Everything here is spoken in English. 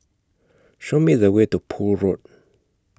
Show Me The Way to Poole Road